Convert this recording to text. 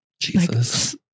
Jesus